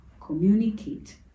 communicate